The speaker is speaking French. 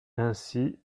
ainsi